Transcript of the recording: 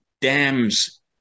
dams